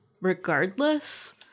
regardless